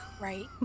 right